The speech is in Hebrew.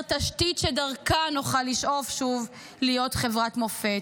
תשתית שדרכה נוכל לשאוף שוב להיות חברת מופת.